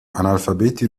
analfabeti